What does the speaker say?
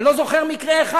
אני לא זוכר מקרה אחד.